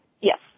Yes